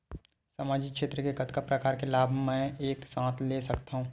सामाजिक क्षेत्र के कतका प्रकार के लाभ मै एक साथ ले सकथव?